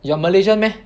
you're Malaysian meh